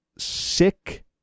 sick